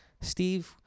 Steve